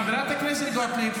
חברת הכנסת גוטליב,